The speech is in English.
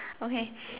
okay